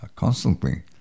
constantly